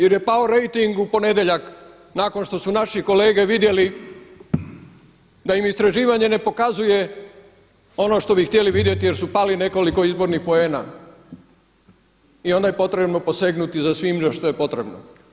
Jer je pao rejting u ponedjeljak nakon što su naši kolege vidjeli da im istraživanje ne pokazuje ono što bi htjeli vidjeti jer su pali nekoliko izbornih poena i onda je potrebno posegnuti za svime što je potrebno.